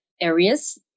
areas